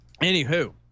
Anywho